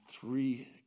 three